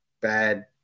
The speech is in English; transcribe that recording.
bad